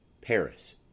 Paris